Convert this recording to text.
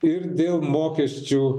ir dėl mokesčių